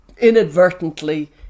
inadvertently